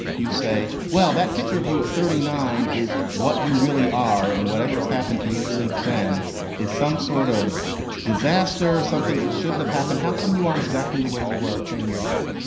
you say, well, that picture of you at thirty nine is what you really are and whatever's happened to you since then is some sort of disaster or something that shouldn't have happened. how come you aren't exactly the way you were ten years ago?